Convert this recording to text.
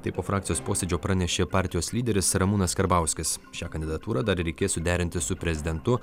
tai po frakcijos posėdžio pranešė partijos lyderis ramūnas karbauskis šią kandidatūrą dar reikės suderinti su prezidentu